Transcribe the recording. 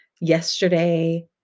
Yesterday